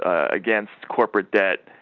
ah against corporate debt